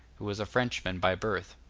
who was a frenchman by birth.